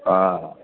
हा